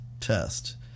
test